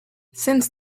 since